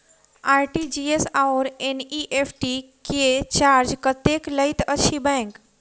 RTGS आओर NEFT मे charge कतेक लैत अछि बैंक?